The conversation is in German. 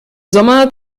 sommer